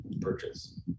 purchase